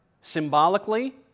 symbolically